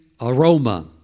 aroma